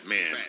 Man